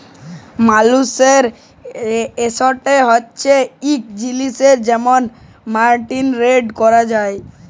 মালুসের এসেট হছে ইকট জিলিস যেট মার্কেটে টেরেড ক্যরা যায়